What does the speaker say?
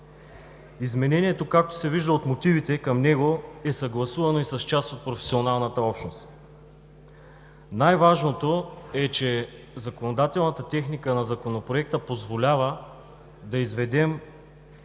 Изменението както се вижда от мотивите към него е съгласувано и с част от професионалната общност. Най-важното е, че законодателната техника на Законопроекта позволява да изведем